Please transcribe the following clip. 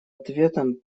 ответом